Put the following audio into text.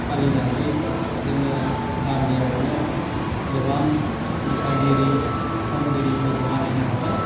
फालिनानै जोङो गामियावनो गोबां मोसागिरि खनगिरिफोर बानायनो हाबाय